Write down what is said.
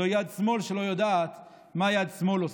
זוהי יד שמאל שלא יודעת מה יד שמאל עושה.